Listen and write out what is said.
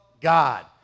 God